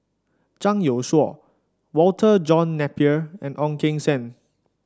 Zhang Youshuo Walter John Napier and Ong Keng Sen